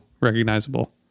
recognizable